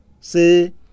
say